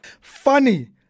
Funny